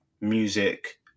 music